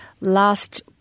last